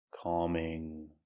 calming